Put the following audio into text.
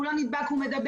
הוא לא נדבק אבל הוא מדבק,